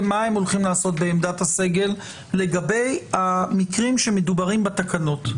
לגבי מה הם הולכים לעשות בעמדת הסגל לגבי המקרים שמדוברים בתקנות.